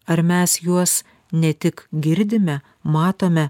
ar mes juos ne tik girdime matome